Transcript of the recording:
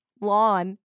lawn